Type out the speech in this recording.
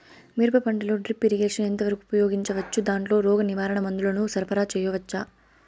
మిరప పంటలో drip irrigation ఎంత వరకు ఉపయోగించవచ్చు, దాంట్లో రోగ నివారణ మందుల ను సరఫరా చేయవచ్చా?